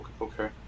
Okay